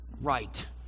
right